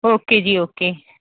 okay ਜੀ okay